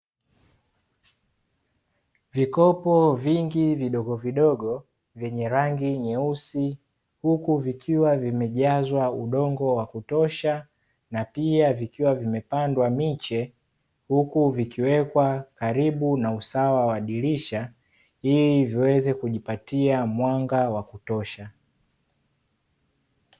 Vikopo vingi vidogovidogo, vyenye rangi nyeusi huku vikiwa vimejazwa udongo wa kutosha, na pia vikiwa vimepandwa miche, huku vikiweka karibu na usawa wa dirisha, ili viweze kujipatia mwaga wa kutosha.